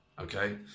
okay